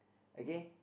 okay